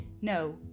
No